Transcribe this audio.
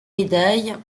médailles